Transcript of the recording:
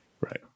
Right